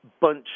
bunch